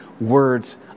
words